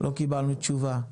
לא קיבלנו תשובה.